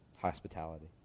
hospitality